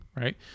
right